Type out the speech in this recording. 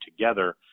together